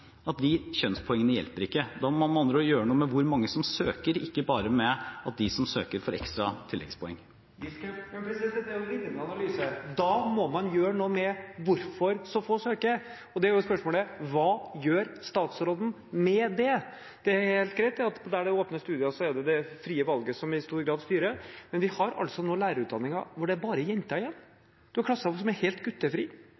hjelper. Da må man med andre ord gjøre noe med hvor mange som søker, ikke bare med at de som søker, får ekstra tilleggspoeng. Men dette er jo en glimrende analyse. Da må man gjøre noe med grunnen til at så få søker. Og da er spørsmålet: Hva gjør statsråden med det? Det er helt greit at der det er åpne studier, er det det frie valget som i stor grad styrer, men vi har altså nå lærerutdanninger hvor det bare er jenter